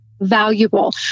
valuable